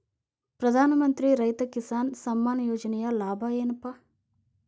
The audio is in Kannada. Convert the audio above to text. ಪ್ರಧಾನಮಂತ್ರಿ ರೈತ ಕಿಸಾನ್ ಸಮ್ಮಾನ ಯೋಜನೆಯ ಲಾಭ ಏನಪಾ?